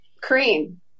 cream